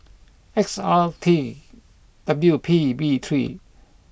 X R T W P B three